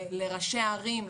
לראשי הערים,